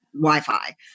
Wi-Fi